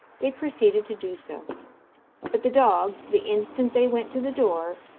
they proceeded to do so but the dog, the instant they went to the door,